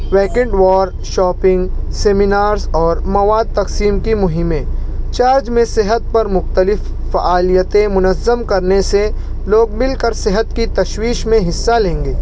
weekend وار shopping seminars اور مواد تقسیم کی مہمیں چارج میں صحت پر مختلف فعالیتیں منظم کرنے سے لوگ مل کر صحت کی تشویش میں حصہ لیں گے